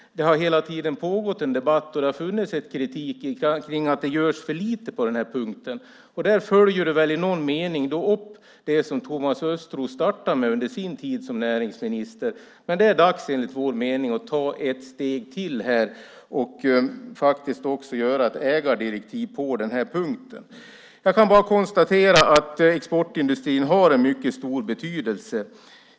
Det har hela tiden pågått en debatt och funnits en kritik att det görs för lite på den här punkten. Du följer i någon mening upp det som Thomas Östros startade med under sin tid som näringsminister. Men det är enligt vår mening dags att ta ett steg till och också göra ett ägardirektiv på den här punkten. Jag kan bara konstatera att exportindustrin har en mycket stor betydelse.